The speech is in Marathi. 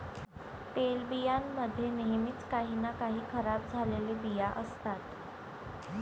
तेलबियां मध्ये नेहमीच काही ना काही खराब झालेले बिया असतात